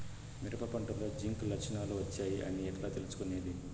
మిరప పంటలో జింక్ లక్షణాలు వచ్చాయి అని ఎట్లా తెలుసుకొనేది?